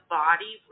body